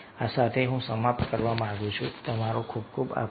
આ સાથે હું સમાપ્ત કરવા માંગુ છું તમારો ખૂબ ખૂબ આભાર